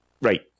right